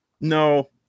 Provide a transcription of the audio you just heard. No